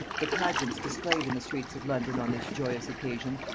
the pageants displayed in the streets of london on this joyful occasion,